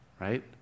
right